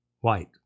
white